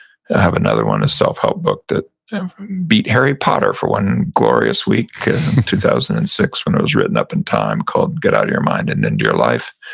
have another one, a self-help book that and beat harry potter for one glorious week in two thousand and six when it was written up in time called get out of your mind and into your life.